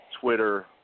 Twitter